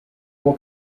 will